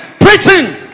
preaching